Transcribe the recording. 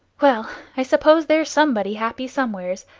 well! i suppose there's somebody happy somewheres.